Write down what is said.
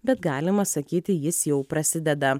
bet galima sakyti jis jau prasideda